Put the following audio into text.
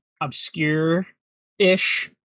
obscure-ish